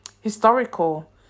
historical